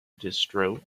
distro